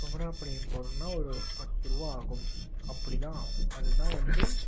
குமராபாளையம் போகிறோன்னா ஒரு பத்து ரூபா ஆகும் அப்படி தான் அது தான் வந்து